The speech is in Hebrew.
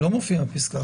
היא לא מופיעה ב- מפסקה (1).